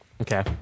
okay